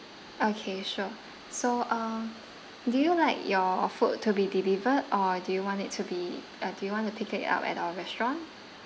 okay sure so uh do you like your food to be delivered or do you want it to be uh do you want to pick it up at our restaurant